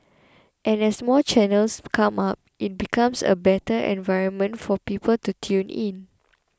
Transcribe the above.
and as more channels come up it becomes a better environment for people to tune in